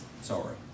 Sorry